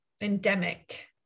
endemic